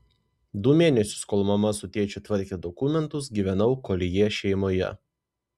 du mėnesius kol mama su tėčiu tvarkė dokumentus gyvenau koljė šeimoje